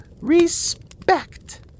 respect